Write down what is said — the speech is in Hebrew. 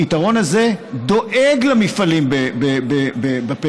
הפתרון הזה דואג למפעלים בפריפריה,